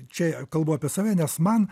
čia kalbu apie save nes man